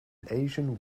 asian